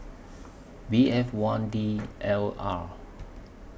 B F one D L R